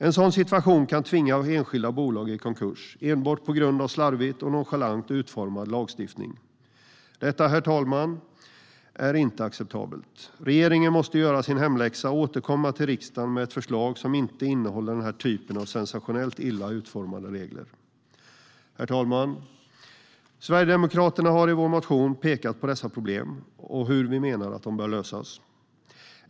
En sådan situation kan tvinga enskilda bolag i konkurs, enbart på grund av slarvigt och nonchalant utformad lagstiftning. Det är inte acceptabelt, herr talman. Regeringen måste göra sin hemläxa och återkomma till riksdagen med ett förslag som inte innehåller den typen av sensationellt illa utformade regler. Herr talman! Vi sverigedemokrater pekar i vår motion på dessa problem och på hur vi menar att de bör lösas.